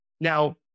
Now